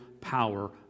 power